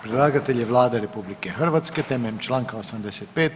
Predlagatelj je Vlada RH temeljem Članka 85.